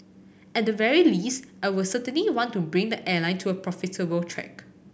at the very least I will certainly want to bring the airline to a profitable track